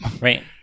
Right